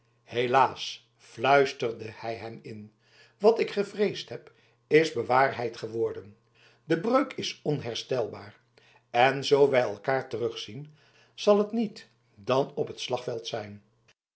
helaas fluisterde hij hem in wat ik gevreesd heb is bewaarheid geworden de breuk is onherstelbaar en zoo wij elkaar terugzien zal het niet dan op het slagveld zijn